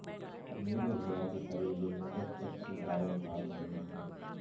मेरे भैया के तबेले में दस जर्सी गायों का समूह हैं